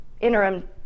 interim